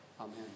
Amen